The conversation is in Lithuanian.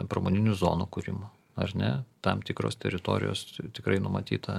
pramoninių zonų kūrimo ar ne tam tikros teritorijos tikrai numatyta